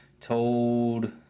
told